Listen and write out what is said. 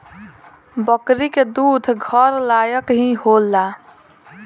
बकरी के दूध घर लायक ही होला